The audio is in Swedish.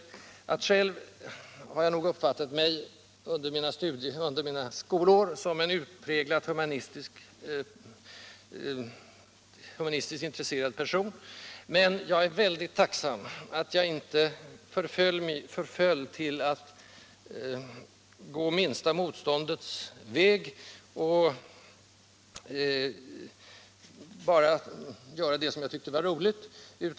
Till sist vill jag säga att jag själv under mina skolår nog var en utpräglat humanistiskt intresserad person, men jag är väldigt glad nu att jag inte förföll till att följa minsta motståndets lag och bara göra det som man tyckte var roligt.